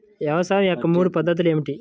వ్యవసాయం యొక్క మూడు పద్ధతులు ఏమిటి?